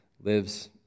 lives